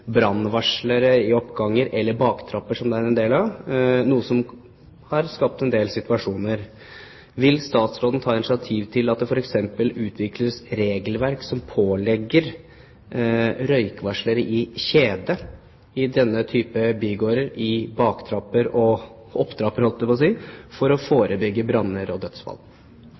brannvarslere i oppganger eller baktrapper, som det er en del av, noe som har skapt en del situasjoner. Vil statsråden ta initiativ til at det f.eks. utvikles regelverk som pålegger røykvarslere i kjede i denne type bygårder, i baktrapper og trapper for å forebygge branner og dødsfall?